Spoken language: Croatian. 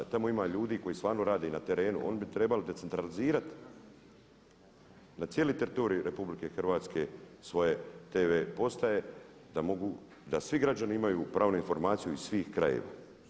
Tamo ima ljudi koji stvarno rade na terenu oni bi trebali decentralizirati na cijeli teritorij RH svoje tv postaje da mogu, da svi građani imaju pravnu informaciju iz svih krajeva.